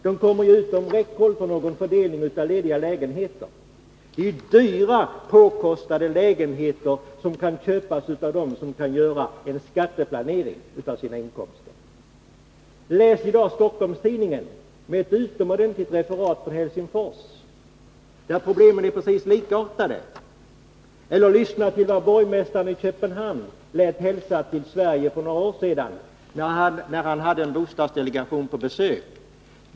De kommer utom räckhåll för fördelningen av lediga lägenheter. Det handlar om dyra, påkostade lägenheter, som kan köpas av dem som kan göra en skatteplanering för sina inkomster. Läs Stockholms Tidningen för i dag, där det finns ett referat från Helsingfors, där problemen är precis likartade, eller lyssna till vad borgmästaren i Köpenhamn lät hälsa till Sverige för några år sedan, när han hade en bostadsdelegation på besök.